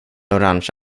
orange